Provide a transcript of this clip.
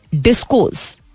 Discourse